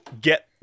get